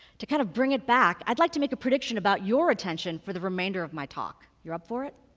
to kind of bring it back, i'd like to make a prediction about your attention for the remainder of my talk. you up for it?